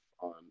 on